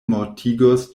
mortigos